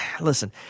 listen